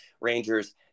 Rangers